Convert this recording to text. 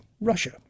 Russia